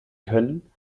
können